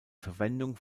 verwendung